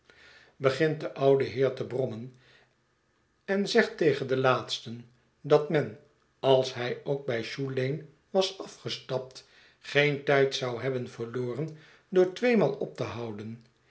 begint de oude heer te brommen en zegt tegen den laatsten dat men als hij ook bij shoe lane was afgestapt geen tijd zou hebben verloren door tweemaal op te houden